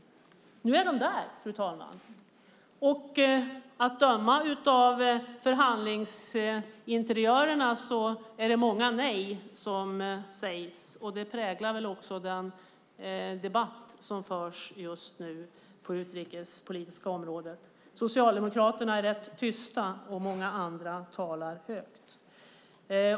Men nu är de där, fru talman, och att döma av förhandlingsinteriörerna är det många "nej" som sägs, och det präglar också den debatt som förs just nu på det utrikespolitiska området. Socialdemokraterna är rätt tysta, medan många andra talar högt.